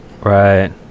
Right